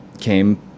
came